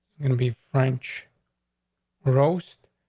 gonna be french roast,